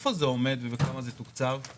איפה זה עומד וכמה תוקצב?